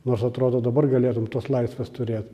nors atrodo dabar galėtum tos laisvės turėt